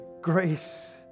grace